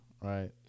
right